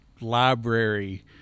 library